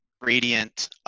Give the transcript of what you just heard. gradient